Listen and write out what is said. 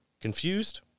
Confused